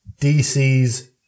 DC's